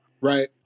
Right